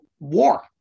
War